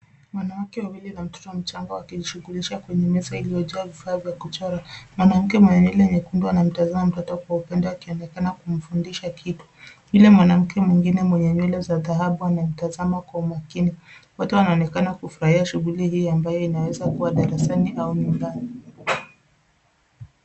Wanawake wawili na mtoto mchanga wakijishughulisha kwenye meza iliojaa vifaa vya kuchora , mwanamke mwenye nywele nyekundu anamtazama mtoto kwa upendo akionekana akimfundisha kitu ila mwanamke mwingine mwenye nywele za dhahabu anamtazama kwa makini, wote wanaonekana kufuruhia shughuli inayoweza kuwa darasani au nyumbani.